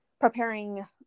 preparing